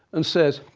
and says,